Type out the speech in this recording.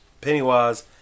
Pennywise